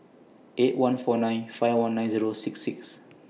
eight one four nine five one nine Zero six six